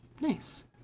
Nice